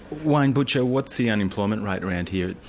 wayne butcher, what's the unemployment rate around here?